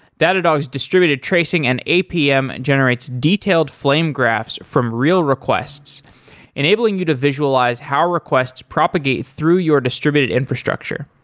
datadog's distributed tracing and apm and generates detailed flame graphs from real requests enabling you to visualize how requests propagate through your distributed infrastructure.